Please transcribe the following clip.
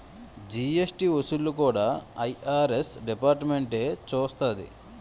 GST వసూళ్లు కూడా IRS డిపార్ట్మెంటే చూస్తాది